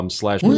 slash